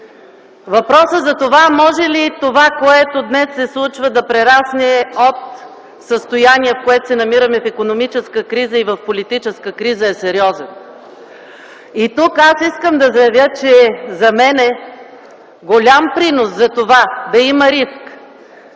Въпросът за това може ли това, което днес се случва да прерасне от състояние, в което се намираме - в икономическа криза, и в политическа криза, е сериозен. И тук аз искам да заявя, че за мен голям принос за това да има риск